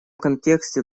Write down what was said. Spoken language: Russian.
контексте